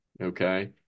okay